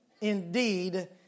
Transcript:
indeed